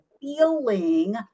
feeling